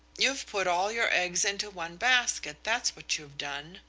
you've put all your eggs into one basket, that's what you've done,